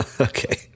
okay